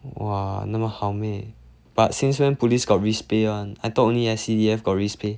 !wah! 那么好 meh but since when police got risk pay one I thought only S_C_D_F got risk pay